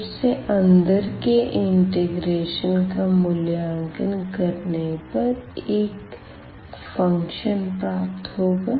सब से अंदर के इंटिग्रेशन का मूल्यांकन करने पर एक फ़ंक्शन प्राप्त होगा